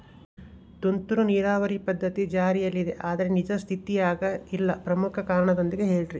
ತುಂತುರು ನೇರಾವರಿ ಪದ್ಧತಿ ಜಾರಿಯಲ್ಲಿದೆ ಆದರೆ ನಿಜ ಸ್ಥಿತಿಯಾಗ ಇಲ್ಲ ಪ್ರಮುಖ ಕಾರಣದೊಂದಿಗೆ ಹೇಳ್ರಿ?